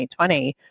2020